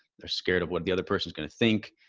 they're scared of what the other person is going to think,